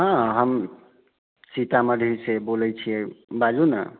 हँ हम सीतामढ़ीसँ बोलै छिये बाजू ने